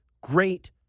great